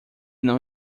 não